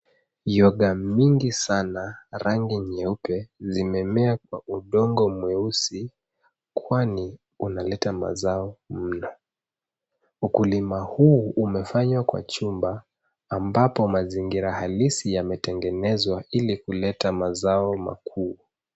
Yoga mingi sana, rangi nyeupe zimemea kwa udongo mweusi, kwani unaleta mazao mno. Ukulima huu umefanywa kwa chumba, ambapo mazingira halisi yametengenezwa ili kuleta mazao makuu.